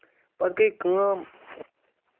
پَتہٕ گٔے کٲم